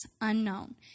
unknown